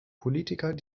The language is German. politiker